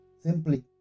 simply